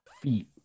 feet